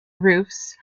roofs